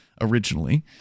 originally